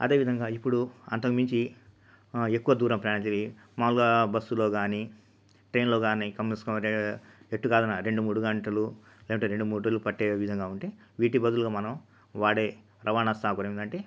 అదేవిధంగా ఇప్పుడు అంతకుమించి ఎక్కువ దూరం ప్రయాణించే మామూలుగా బస్సులో కానీ ట్రైన్లో కానీ కంపల్సరీ ఎటుకాదన్న రెండు మూడు గంటలు లేకపోతే రెండు మూడు రోజులు పెట్టే విధంగా ఉంటే వీటి బదులుగా మనం వాడే రవాణా సౌకర్యం ఏంటంటే